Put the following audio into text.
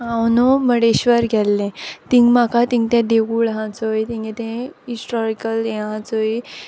हांव न्हू मुर्डेश्र्वर गेल्लें तींग म्हाका तींग तें देवूळ आहा चोय तेंगे तें हिस्टोरिकल हें आहा चोय